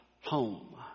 home